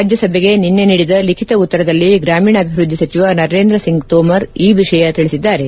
ರಾಜ್ಯಸಭೆಗೆ ನಿನ್ನೆ ನೀಡಿದ ಲಿಖಿತ ಉತ್ತರದಲ್ಲಿ ಗ್ರಾಮೀಣಾಭಿವ್ದದ್ಲಿ ಸಚಿವ ನರೇಂದ್ರ ಸಿಂಗ್ ತೋಮರ್ ಈ ವಿಷಯ ತಿಳಿಸಿದ್ದಾರೆ